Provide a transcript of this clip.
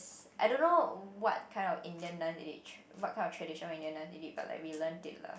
I don't know what kind of Indian dance is it what kind of traditional Indian dance we did but like we learnt it lah